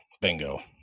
bingo